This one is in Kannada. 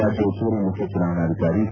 ರಾಜ್ಯ ಹೆಚ್ಚುವರಿ ಮುಖ್ಯ ಚುನಾವಣಾಧಿಕಾರಿ ಕೆ